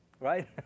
right